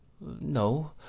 no